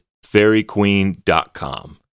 FairyQueen.com